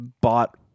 bought